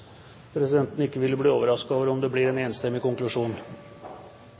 Presidenten vil ikke bli overrasket om det blir en enstemmig konklusjon.